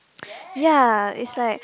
ya it's like